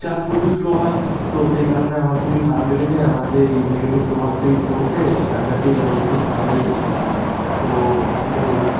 charge প্রচুর slow হয় তো সেই কারণে আমার খুবই খারাপ লেগেছে আমার যে এই নেগেটিভ প্রভাবটি পড়েছে চার্জারটি আমাকে খুব খারাপ লেগেছে তো এটাই বলার